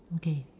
okay